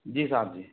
जी साहब जी